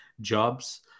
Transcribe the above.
jobs